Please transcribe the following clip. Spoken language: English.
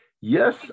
Yes